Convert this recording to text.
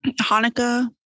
Hanukkah